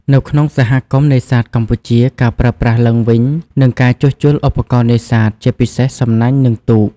នៅក្នុងសហគមន៍នេសាទកម្ពុជា ការប្រើប្រាស់ឡើងវិញ និងការជួសជុល ឧបករណ៍នេសាទ ជាពិសេស សំណាញ់ និង ទូក។